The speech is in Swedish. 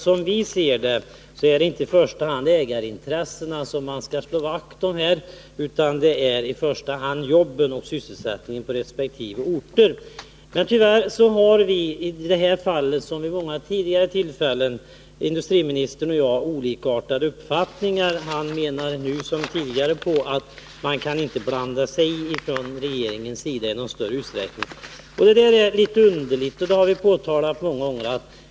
Som vi ser det är det inte i första hand ägarintressena som man skall slå vakt om, utan det är jobben och sysselsättningen på resp. orter. Men tyvärr har industriministern och jag i det här fallet, som vid många tidigare tillfällen, olikartade uppfattningar. Han menar, nu som tidigare, att man från regeringens sida inte i någon större utsträckning kan blanda sig i saken. Det är litet underligt, och det har vi påtalat många gånger.